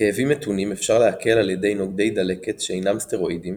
כאבים מתונים אפשר להקל על ידי נוגדי דלקת שאינם סטרואידים